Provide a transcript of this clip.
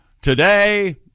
Today